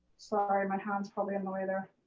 sorry, my hand was probably in the way there.